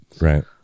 Right